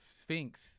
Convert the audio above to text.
Sphinx